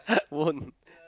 won